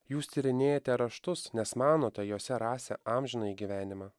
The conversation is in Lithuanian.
jūs tyrinėjate raštus nes manote juose rasią amžinąjį gyvenimą